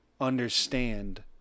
understand